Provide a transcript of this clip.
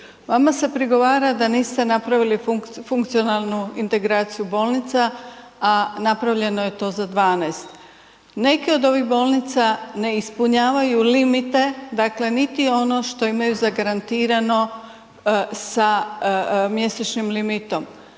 vama se prigovara da niste napravili funkcionalnu integraciju bolnica, a napravljeno je to za 12. Neke od ovih bolnica ne ispunjavaju limite, dakle niti ono što imaju zagarantirano sa mjesečnim limitom,